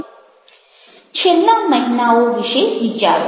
છેલ્લા મહિનાઓ વિશે વિચારો